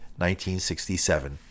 1967